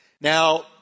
Now